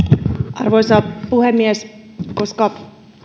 arvoisa puhemies koska